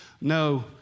No